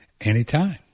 anytime